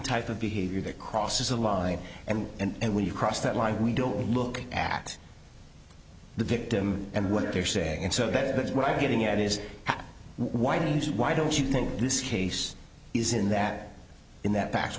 type of behavior that crosses the line and and when you cross that line we don't look at the victim and what they're saying and so that's what i'm getting at is why means why don't you think this case is in that in that